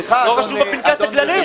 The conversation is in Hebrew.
לא רשום בפנקס הכללי?